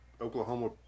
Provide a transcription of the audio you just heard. Oklahoma